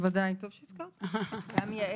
בוודאי, טוב שהזכרת לי.